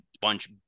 bunch